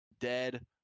dead